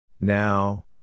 Now